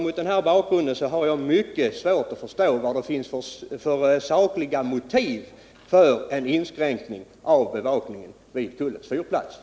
Mot denna bakgrund har jag mycket svårt att förstå de sakliga motiven för en inskränkning av bevakningen vid Kullens fyrplats.